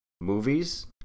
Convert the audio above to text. movies